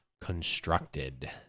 constructed